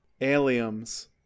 Aliens